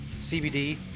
CBD